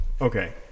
Okay